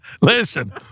Listen